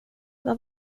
vad